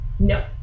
No